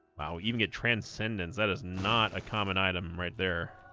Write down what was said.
wow even get transcendence that is not a common item right there